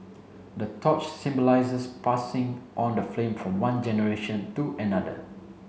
the torch symbolizes passing on the flame from one generation to another